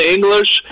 English